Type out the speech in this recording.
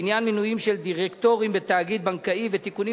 בעניין מינויים של דירקטורים בתאגיד בנקאי ותיקונים